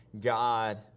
God